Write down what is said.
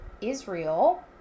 israel